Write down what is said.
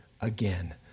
again